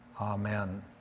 Amen